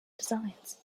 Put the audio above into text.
designs